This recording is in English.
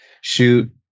shoot